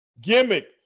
gimmick